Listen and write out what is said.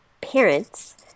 parents